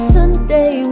Sunday